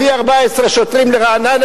הביא 14 שוטרים לרעננה,